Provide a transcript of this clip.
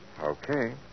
Okay